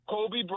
Kobe